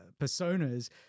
personas